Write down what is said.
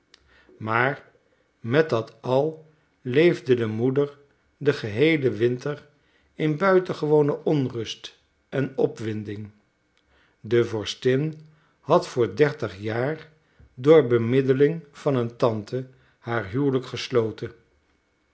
maar met dat al leefde de moeder den geheelen winter in buitengewone onrust en opwinding de vorstin had voor dertig jaar door bemiddeling van een tante haar huwelijk gesloten